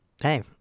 hey